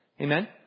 Amen